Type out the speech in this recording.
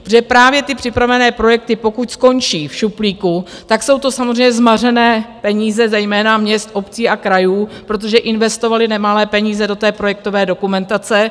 Protože právě ty připravené projekty, pokud skončí v šuplíku, tak jsou to samozřejmě zmařené peníze zejména měst, obcí a krajů, protože investovaly nemalé peníze do té projektové dokumentace.